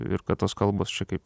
ir tos kalbos čia kaip